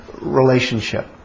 relationship